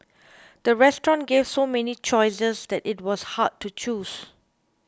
the restaurant gave so many choices that it was hard to choose